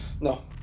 No